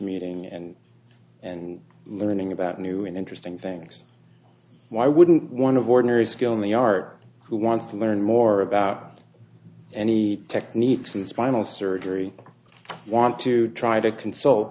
meeting and and learning about new and interesting things why wouldn't one of ordinary skill in the art who wants to learn more about any techniques and spinal surgery want to try to consult